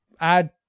add